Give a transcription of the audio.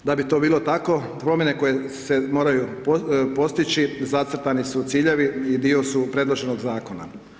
Da bi to bilo tako, promjene koje se moraju postići zacrtani su ciljevi i dio su predloženog zakona.